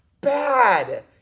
bad